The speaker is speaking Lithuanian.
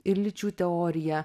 ir lyčių teoriją